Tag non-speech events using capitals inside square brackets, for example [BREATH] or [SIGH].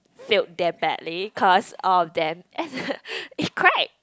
failed damn badly cause all of them and the [BREATH] it cracked